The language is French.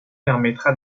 permettra